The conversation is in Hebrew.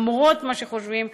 למרות מה שחושבים,